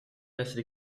assez